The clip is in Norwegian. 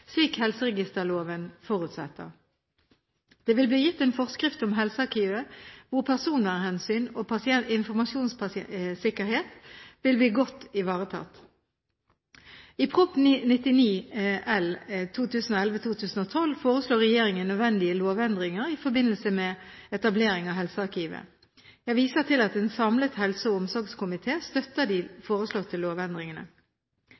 slik helseregisterloven forutsetter. Det vil bli gitt en forskrift om helsearkivet, hvor personvernhensyn og informasjonssikkerhet vil bli godt ivaretatt. I Prop. 99 L for 2011–2012 foreslår regjeringen nødvendige lovendringer i forbindelse med etablering av helsearkivet. Jeg viser til at en samlet helse- og omsorgskomité støtter de